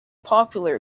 popular